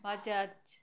Bajaj